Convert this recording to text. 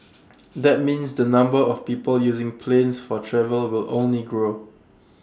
that means the number of people using planes for travel will only grow